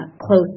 close